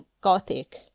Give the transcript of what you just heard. gothic